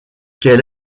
quel